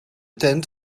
tent